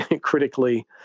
critically